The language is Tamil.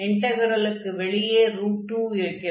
இன்டக்ரெலுக்கு வெளியே 2 இருக்கிறது